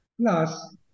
plus